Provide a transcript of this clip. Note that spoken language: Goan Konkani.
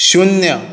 शुन्य